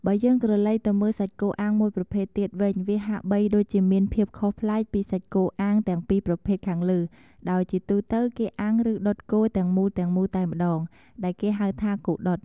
បើយើងក្រឡេកទៅមើលសាច់គោអាំងមួយប្រភេទទៀតវិញ វាហាក់បីដូចជាមានភាពខុសប្លែកពីសាច់គោអាំងទាំងពីរប្រភេទខាងលើ ដោយជាទូទៅគេអាំងឬដុតគោទាំងមូលៗតែម្ដង ដែលគេហៅថា គោដុត។